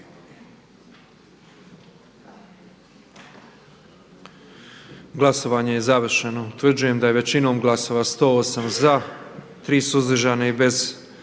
Glasovanje je završeno. Utvrđujem da je većinom glasova, 88 glasova za, 7 suzdržanih i 11